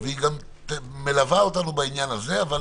מישהי שלפני שהיא התחתנה היה לה חשבון בנק פעיל,